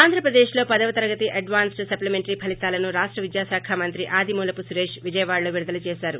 ఆంధ్రప్రదేశ్లో పదవతరగతి advanced supplementary ఫలితాలను రాష్ట విద్యాశాఖ మంత్రి ఆదిమూలపు సురేశ్ విజయవాడలో విడుదల చేశారు